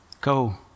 Go